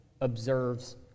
observes